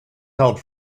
held